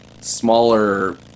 smaller